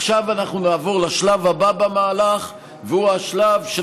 עכשיו אנחנו נעבור לשלב הבא במהלך והוא השלב של